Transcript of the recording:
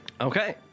Okay